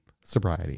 Sobriety